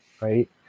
right